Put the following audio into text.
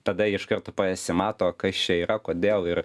tada iš karto pasimato kas čia yra kodėl ir